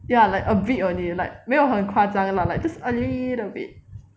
ya like a bit only like 没有很夸张 lah like just a little bit